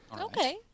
Okay